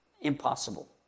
impossible